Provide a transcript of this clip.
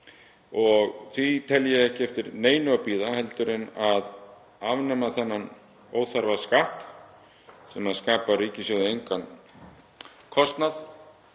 Því tel ég ekki eftir neinu að bíða með að afnema þennan óþarfa skatt sem skapar ríkissjóði engan kostnað.